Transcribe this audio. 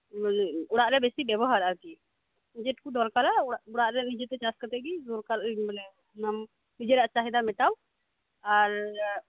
ᱚᱲᱟᱜ ᱨᱮ ᱵᱮᱥᱤ ᱵᱮᱵᱚᱦᱟᱨ ᱟᱨᱠᱤ ᱡᱮᱴᱩᱠᱩ ᱫᱚᱨᱠᱟᱨᱟ ᱚᱲᱟᱜ ᱨᱮ ᱱᱤᱡᱮᱛᱮ ᱪᱟᱥᱠᱟᱛᱮᱜ ᱜᱤ ᱫᱚᱨᱠᱟᱨ ᱢᱟᱱᱮ ᱚᱱᱟᱢ ᱱᱤᱡᱮᱨᱟᱜ ᱪᱟᱦᱤᱫᱟ ᱢᱮᱴᱟᱣ ᱟᱨ